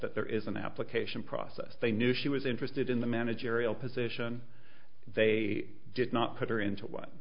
that there is an application process they knew she was interested in the managerial position they did not put her into one